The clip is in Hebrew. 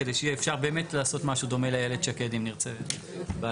כדי שאפשר יהיה באמת לעשות משהו דומה לאיילת שקד אם נרצה בעתיד.